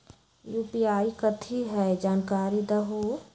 UPI कथी है? जानकारी दहु